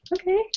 Okay